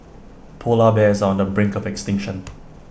Polar Bears are on the brink of extinction